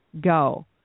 go